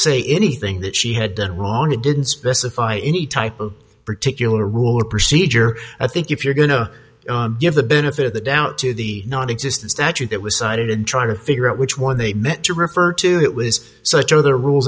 say anything that she had done wrong it didn't specify any type of particular rule or procedure i think if you're going to give the benefit of the doubt to the nonexistent statute that was cited trying to figure out which one they meant to refer to it was such other rules